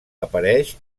apareix